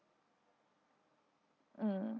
mm